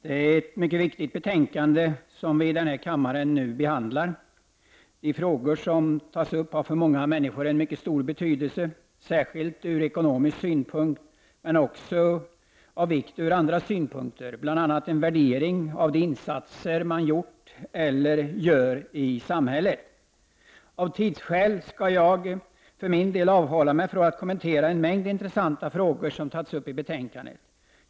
Herr talman! Det är ett mycket viktigt betänkande som vi nu behandlar i denna kammare. De frågor som tas upp har för många människor en mycket stor betydelse, särskilt ur ekonomisk synpunkt. Men de är också av vikt ur andra synpunkter. Bl.a. handlar de om en värdering av de insatser man gjort eller gör i samhället. Av tidsskäl skall jag för min del avhålla mig från att kommentera en mängd intressanta frågor som har tagits upp i betänkandet.